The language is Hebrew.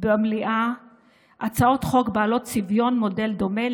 במליאה הצעות חוק בעלות צביון ומודל דומה,